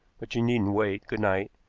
but you needn't wait, good night,